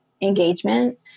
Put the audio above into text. engagement